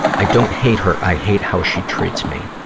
i don't hate her i hate how she treats me.